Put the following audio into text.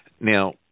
Now